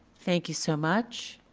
thank you so much.